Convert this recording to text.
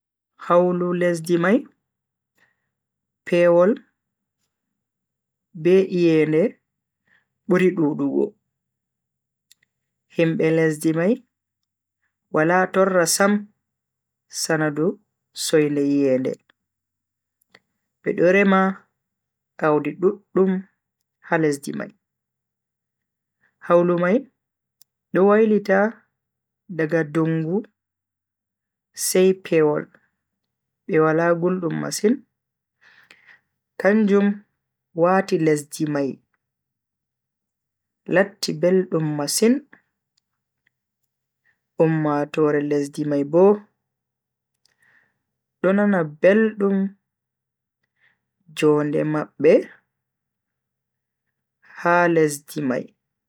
Hawlu lesdi mai pewol be iyende buri dudugo. himbe lesdi mai wala torra Sam sanadu soinde iyende. bedo rema Audi duddum ha lesdi mai. hawlu mai do wailita daga dungu sai pewol be Wala guldum masin kanjum wati lesdi mai latti beldum masin ummatoore lesdi mai Bo do nana beldum jonde mabbe ha lesdi mai.